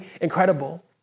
incredible